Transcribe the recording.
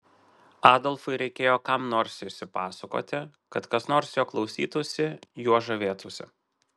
adolfui reikėjo kam nors išsipasakoti kad kas nors jo klausytųsi juo žavėtųsi